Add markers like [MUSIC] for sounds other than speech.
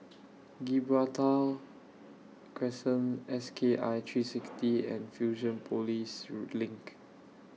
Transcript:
Gibraltar Crescent S K I three sixty and Fusionopolis [HESITATION] LINK